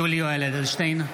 (קורא בשמות חברי הכנסת) יולי יואל אדלשטיין,